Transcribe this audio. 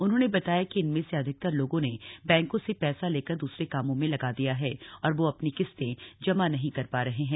उन्होंने बताया कि इनमें से अधिकतर लोगों ने बैंकों से पैसा लेकर द्सरे कामों में लगा दिया है और वह अपनी किस्तें जमा नहीं कर रहे हैं